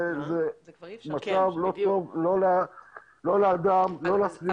זה מצב לא טוב, לא לאדם, לא לסביבה ולא למקצוע.